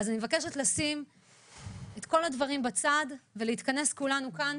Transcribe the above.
אני מבקשת לשים את כל הדברים בצד ולהתכנס כולנו כאן,